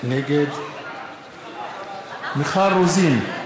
נגד מיכל רוזין,